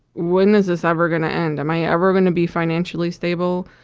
when is this ever going to end? am i ever going to be financially stable?